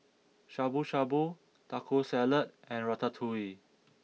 Shabu Shabu Taco Salad and Ratatouille